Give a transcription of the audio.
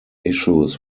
issues